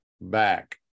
back